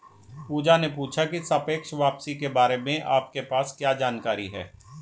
पूजा ने पूछा की सापेक्ष वापसी के बारे में आपके पास क्या जानकारी है?